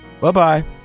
Bye-bye